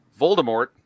Voldemort